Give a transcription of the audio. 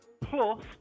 Plus